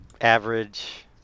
average